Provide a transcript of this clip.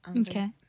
Okay